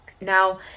Now